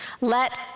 Let